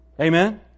Amen